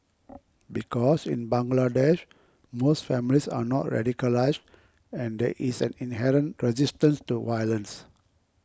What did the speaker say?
because in Bangladesh most families are not radicalised and there is an inherent resistance to violence